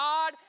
God